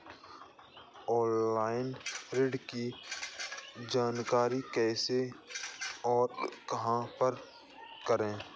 Online ऋण की जानकारी कैसे और कहां पर करें?